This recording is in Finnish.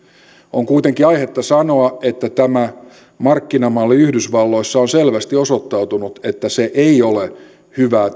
on kuitenkin aihetta sanoa että tämä markkinamalli yhdysvalloissa on selvästi osoittanut että se ei ole hyvää